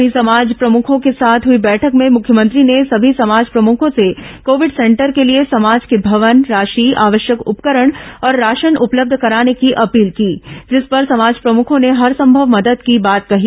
वहीं समाज प्रमुखों के साथ हई बैठक में मुख्यमंत्री ने सभी समाज प्रमुखों से कोविड सेंटर के लिए समाज के भवन राशि आवश्यक उपकरण और राशन उपलब्ध कराने की अपील की जिस पर समाज प्रमुखों ने हरसंभव मदद की बात कही